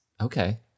okay